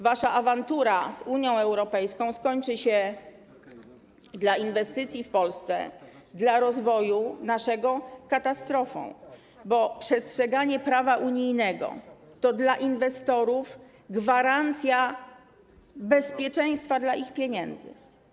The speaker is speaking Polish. Wasza awantura z Unią Europejską skończy się dla inwestycji w Polsce, dla naszego rozwoju katastrofą, bo przestrzeganie prawa unijnego to dla inwestorów gwarancja bezpieczeństwa ich pieniędzy.